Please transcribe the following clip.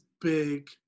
big